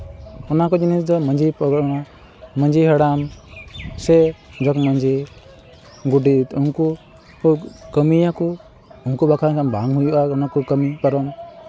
ᱚᱱᱟᱠᱚ ᱡᱤᱱᱤᱥ ᱫᱚ ᱢᱟᱹᱡᱷᱤᱼᱯᱟᱨᱜᱟᱱᱟ ᱢᱟᱹᱡᱷᱤ ᱦᱟᱲᱟᱢ ᱥᱮ ᱡᱚᱜᱽ ᱢᱟᱹᱡᱷᱤ ᱜᱚᱰᱮᱛ ᱩᱱᱠᱩ ᱠᱚ ᱠᱟᱹᱢᱤᱭᱟᱠᱚ ᱩᱱᱠᱩ ᱵᱟᱠᱷᱨᱟ ᱵᱟᱝ ᱦᱩᱭᱩᱜᱼᱟ ᱚᱱᱟ ᱠᱚ ᱠᱟᱹᱢᱤ ᱯᱟᱨᱚᱢ